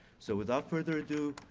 so without further ado,